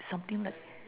something like